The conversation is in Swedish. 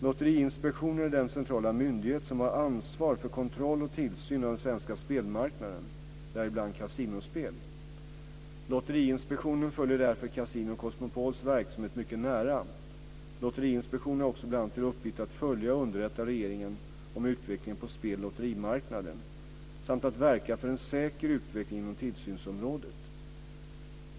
Lotteriinspektionen är den centrala myndighet som har ansvar för kontroll och tillsyn av den svenska spelmarknaden, däribland kasinospel. Lotteriinspektionen följer därför Casino Cosmopols verksamhet mycket nära. Lotteriinspektionen har också bl.a. till uppgift att följa och underrätta regeringen om utvecklingen på spel och lotterimarknaden samt att verka för en säker utveckling inom tillsynsområdet.